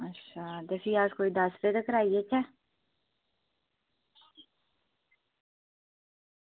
अच्छा ते भी अस कोई दस्स बजे तगर आई जाचै